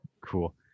Cool